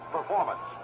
performance